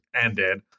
ended